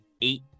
eight